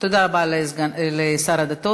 תודה רבה לשר לשירותי דת.